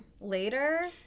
later